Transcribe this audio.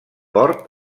port